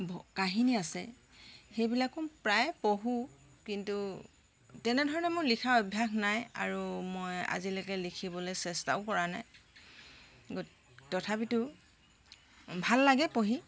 কাহিনী আছে সেইবিলাকো প্ৰায় পঢ়োঁ কিন্তু তেনেধৰণে মোৰ লিখাৰ অভ্যাস নাই আৰু মই আজিলৈকে লিখিবলৈ চেষ্টাও কৰা নাই তথাপিতো ভাল লাগে পঢ়ি